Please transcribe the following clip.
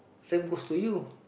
same goes to you